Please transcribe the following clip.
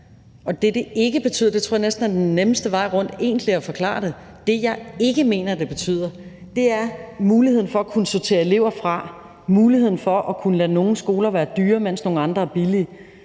mener det betyder – og det tror jeg næsten er den nemmeste vej rundt at forklare det – er muligheden for at kunne sortere elever fra, muligheden for at kunne lade nogle skoler være dyre, mens nogle andre er billige;